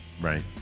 right